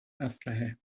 اسلحه